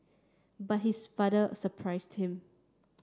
but his father surprised him